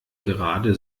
gerade